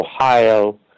Ohio